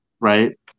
right